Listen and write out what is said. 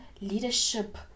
leadership